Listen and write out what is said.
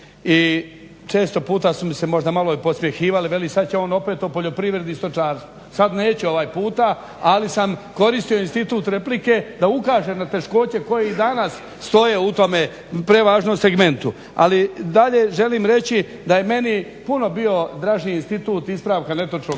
i često puta su mi se možda malo i podsmjehivali, veli sad će on opet o poljoprivredi i stočarstvu. Sad neću ovaj puta ali sam koristio institut replike da ukažem na teškoće koje i danas stoje u tome prevažnom segmentu. Ali dalje želim reći da je meni puno bio draži institut ispravka netočnog